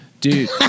dude